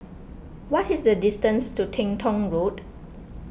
what is the distance to Teng Tong Road